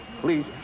please